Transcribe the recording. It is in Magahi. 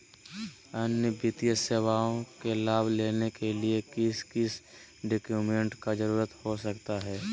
अन्य वित्तीय सेवाओं के लाभ लेने के लिए किस किस डॉक्यूमेंट का जरूरत हो सकता है?